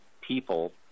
people